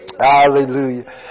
Hallelujah